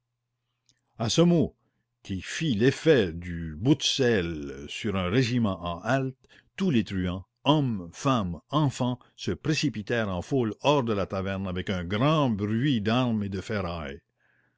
à ce mot qui fit l'effet du boute selle sur un régiment en halte tous les truands hommes femmes enfants se précipitèrent en foule hors de la taverne avec un grand bruit d'armes et de ferrailles